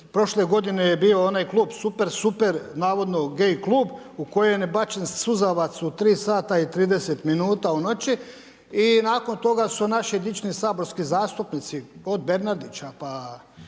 prošle godine je bio onaj klub Super, Super, navodno gay klub u kojem je bačen suzavac u 3,30 minuta u noći i nakon toga su naši dični saborski zastupnici od Bernardića